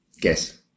Guess